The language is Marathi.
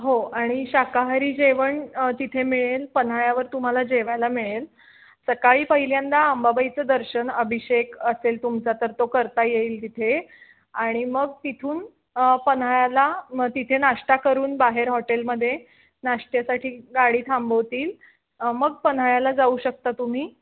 हो आणि शाकाहारी जेवण तिथे मिळेल पन्हाळ्यावर तुम्हाला जेवायला मिळेल सकाळी पहिल्यांदा अंबाबाईचं दर्शन अभिषेक असेल तुमचा तर तो करता येईल तिथे आणि मग तिथून पन्हाळ्याला मग तिथे नाश्ता करून बाहेर हॉटेलमध्ये नाश्त्यासाठी गाडी थांबवतील मग पन्हाळ्याला जाऊ शकता तुम्ही